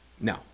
No